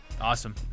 Awesome